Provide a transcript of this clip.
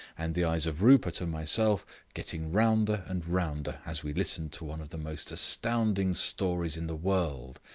and the eyes of rupert and myself getting rounder and rounder as we listened to one of the most astounding stories in the world,